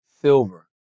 silver